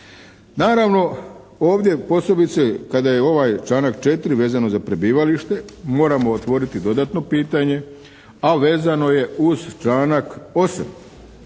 Naravno ovdje posebice kada je ovaj članak 4. vezano za prebivalište, moramo otvoriti dodatno pitanje, a vezano je uz članak 8.